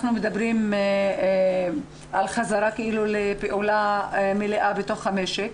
אנחנו מדברים על חזרה לפעולה מלאה בתוך המשק.